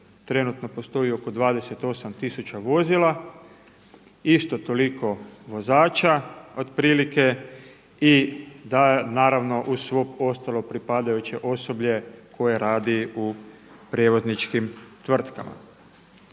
trenutno postoji oko 28 tisuća vozila, isto toliko vozača otprilike i da naravno uz svo ostalo pripadajuće osoblje koje radi u prijevozničkim tvrtkama.